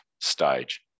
stage